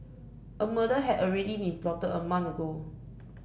a murder had already been plotted a month ago